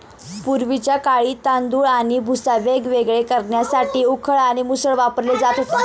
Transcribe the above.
पूर्वीच्या काळी तांदूळ आणि भुसा वेगवेगळे करण्यासाठी उखळ आणि मुसळ वापरले जात होते